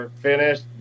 finished